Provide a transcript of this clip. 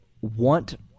want